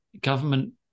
government